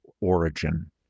origin